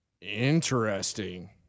Interesting